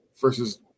versus